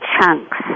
chunks